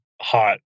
hot